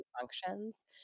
functions